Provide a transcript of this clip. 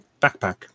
backpack